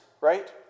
right